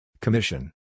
Commission